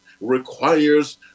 requires